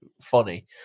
funny